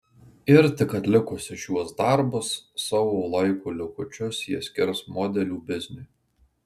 ir tik atlikusi šiuos darbus savo laiko likučius ji skirs modelių bizniui